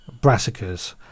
brassicas